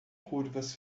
curvas